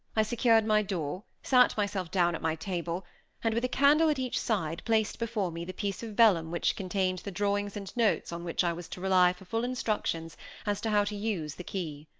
i secured my door, sat myself down at my table and, with a candle at each side, placed before me the piece of vellum which contained the drawings and notes on which i was to rely for full instructions as to how to use the key.